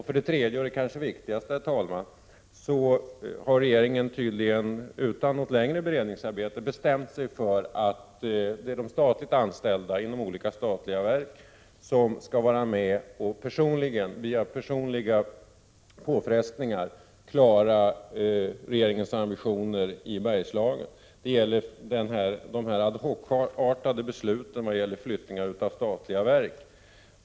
För det tredje — och kanske det viktigaste, herr talman — har regeringen tydligen utan något längre beredningsarbete bestämt sig för att det är de anställda inom olika statliga verk som via personliga påfrestningar skall klara regeringens ambitioner i Bergslagen. Det gäller de ad hoc-artade besluten om flyttning av statliga verk.